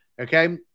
okay